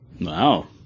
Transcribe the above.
Wow